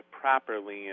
properly